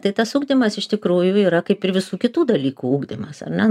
tai tas ugdymas iš tikrųjų yra kaip ir visų kitų dalykų ugdymas ar ne